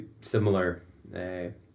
similar